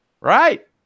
right